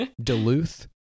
Duluth